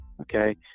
Okay